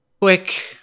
Quick